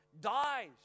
dies